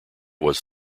was